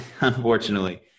unfortunately